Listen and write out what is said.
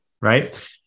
right